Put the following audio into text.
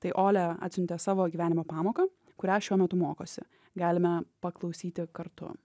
tai olia atsiuntė savo gyvenimo pamoką kurią šiuo metu mokosi galime paklausyti kartu